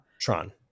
Tron